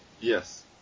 Yes